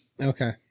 Okay